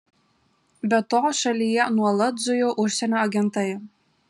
be to šalyje nuolat zujo užsienio agentai